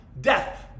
death